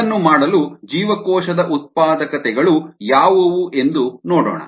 ಅದನ್ನು ಮಾಡಲು ಜೀವಕೋಶದ ಉತ್ಪಾದಕತೆಗಳು ಯಾವುವು ಎಂದು ನೋಡೋಣ